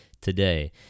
today